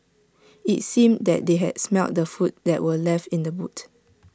IT seemed that they had smelt the food that were left in the boot